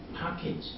package